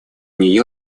нью